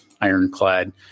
ironclad